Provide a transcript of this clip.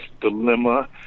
dilemma